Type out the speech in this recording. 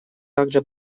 также